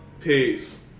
Peace